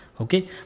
Okay